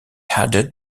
added